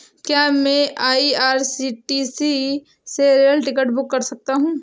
क्या मैं आई.आर.सी.टी.सी से रेल टिकट बुक कर सकता हूँ?